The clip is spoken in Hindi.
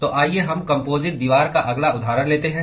तो आइए हम कम्पोजिट दीवार का अगला उदाहरण लेते हैं